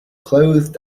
clothed